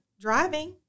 driving